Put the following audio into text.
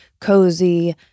cozy